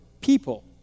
people